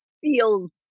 feels